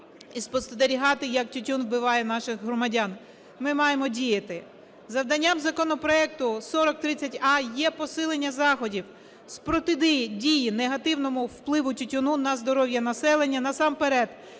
і спостерігати, як тютюн вбиває наших громадян. Ми маємо діяти. Завданням законопроекту 4030а є посилення заходів з протидії негативному впливу тютюну на здоров'я населення насамперед